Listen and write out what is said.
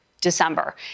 December